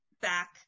back